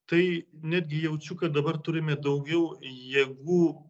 tai netgi jaučiu kad dabar turime daugiau jėgų